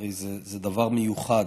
הרי זה דבר מיוחד,